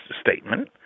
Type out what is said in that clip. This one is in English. statement